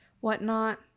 whatnot